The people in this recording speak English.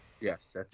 Yes